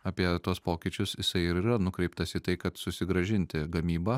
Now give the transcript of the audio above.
apie tuos pokyčius jisai ir yra nukreiptas į tai kad susigrąžinti gamybą